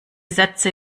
sätze